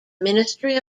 ministry